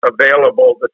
Available